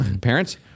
Parents